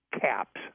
CAPS